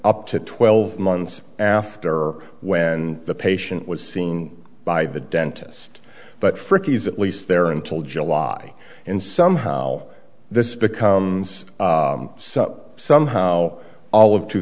up to twelve months after when the patient was seen by the dentist but frikkie is at least there until july and somehow this becomes so somehow all of two